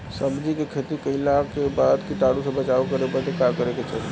सब्जी के खेती कइला के बाद कीटाणु से बचाव करे बदे का करे के चाही?